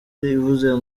bivuze